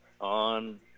on